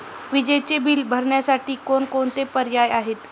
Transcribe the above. विजेचे बिल भरण्यासाठी कोणकोणते पर्याय आहेत?